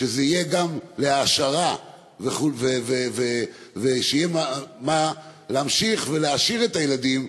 שזה יהיה גם להעשרה ושיהיה מה להמשיך ולהעשיר את הילדים,